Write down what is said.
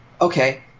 Okay